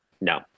no